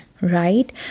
Right